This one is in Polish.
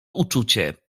uczucie